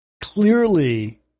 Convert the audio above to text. clearly